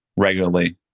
regularly